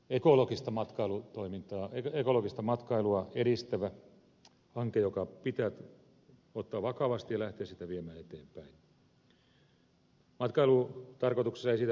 ekologista matkailun toimintaa sellainen ekologista matkailua edistävä hanke joka pitää ottaa vakavasti ja jota pitää lähteä viemään eteenpäin